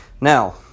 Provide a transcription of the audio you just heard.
Now